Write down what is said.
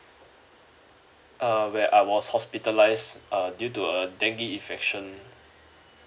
uh where I was hospitalised uh due to a dengue infection